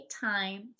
time